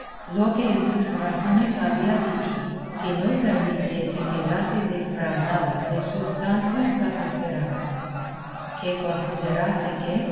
lo que en sus razones había dicho que no permitiese quedase defraudada de sus tan justas esperanzas que considerase que